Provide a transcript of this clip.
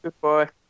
Goodbye